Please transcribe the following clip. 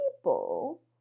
people